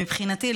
מבחינתי,